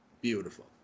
Beautiful